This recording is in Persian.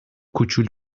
کوچول